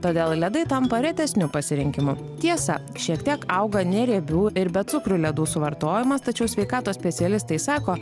todėl ledai tampa retesniu pasirinkimu tiesa šiek tiek auga neriebių ir be cukrų ledų suvartojimas tačiau sveikatos specialistai sako